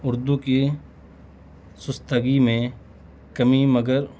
اردو کی سستگی میں کمی مگر